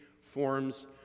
forms